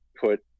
put